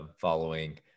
following